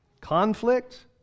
conflict